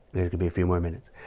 it could be a few more minutes.